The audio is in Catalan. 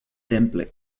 temple